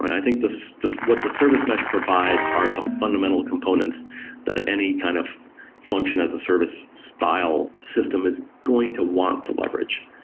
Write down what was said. i think what the service mesh provides are some fundamental components that any kind of function as a service style system is going to want to leverage.